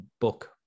book